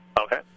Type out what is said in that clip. Okay